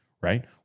right